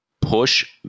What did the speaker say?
push